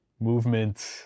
movement